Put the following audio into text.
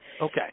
Okay